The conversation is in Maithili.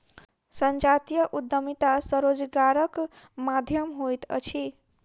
संजातीय उद्यमिता स्वरोजगारक माध्यम होइत अछि